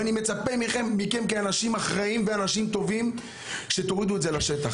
ואני מצפה מכם כאנשים אחראים ואנשים טובים שתורידו את זה לשטח.